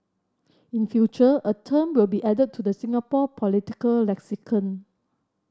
in future a term will be added to the Singapore political lexicon